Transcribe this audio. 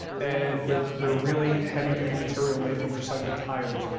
and they're they're really heavy duty material made from recycled tires.